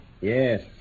Yes